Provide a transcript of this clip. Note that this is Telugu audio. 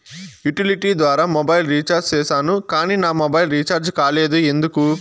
యుటిలిటీ ద్వారా మొబైల్ రీచార్జి సేసాను కానీ నా మొబైల్ రీచార్జి కాలేదు ఎందుకు?